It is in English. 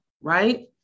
right